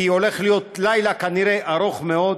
כי כנראה הולך להיות לילה ארוך מאוד,